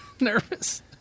nervous